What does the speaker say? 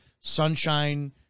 sunshine